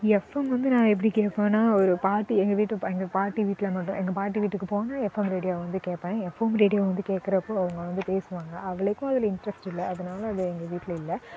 FM வந்து நாங்கள் எப்படி கேட்போன்னா ஒரு பாட்டி எங்கள் வீட்டு எங்கள் பாட்டி வீட்டில முத எங்கள் பாட்டி வீட்டுக்கு போனால் எஃப்எம் ரேடியோ வந்து கேட்பேன் எஃப்எம் ரேடியோ வந்து கேட்கறப்போ அவங்க வந்து பேசுவாங்கள் அவ்வளோக்கும் அதில் இன்ட்ரஸ்ட் இல்லை அதனால அது எங்கள் வீட்டில இல்லை